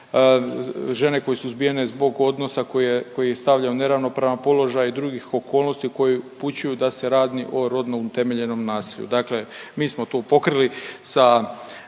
žene koje su ubijene zbog odnosa koji je, koji ih stavlja u neravnopravan položaj i drugih okolnosti koje upućuju da se radi o rodno utemeljenom nasilju. Dakle mi smo tu pokrili sa